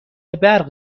برق